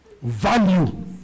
Value